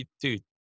Dude